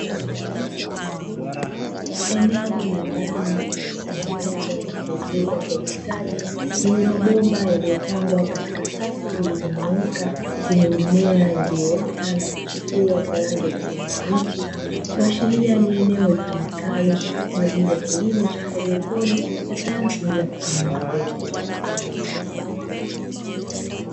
Eneo la ndani lililotengenezwa na kuwezekwa kwa ustadi lenye mabomba yaliyopangwa katika safu zilizonyooka zenye mimea iliyoota na kuchipua kwa rangi ya kijani kibichi, kuashiria ni eneo litumikalo kwa ajili ya kilimo cha haidroponi ya sayansi bila kutumia udongo.